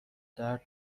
درد